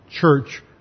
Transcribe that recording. church